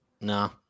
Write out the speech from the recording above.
No